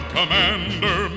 Commander